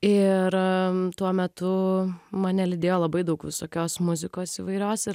ir tuo metu mane lydėjo labai daug visokios muzikos įvairios ir